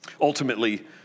Ultimately